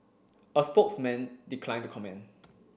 a spokesman declined to comment